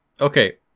okay